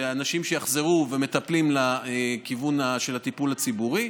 ואנשים ומטפלים יחזרו לכיוון של הטיפול הציבורי,